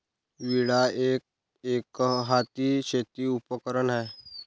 विळा एक, एकहाती शेती उपकरण आहे